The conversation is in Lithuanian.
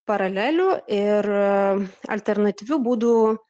paralelių ir alternatyvių būdų